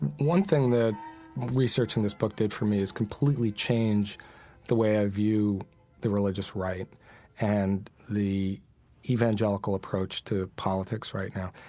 one thing that researching this book did for me is completely change the way i view the religious right and the evangelical approach to politics right now.